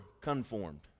conformed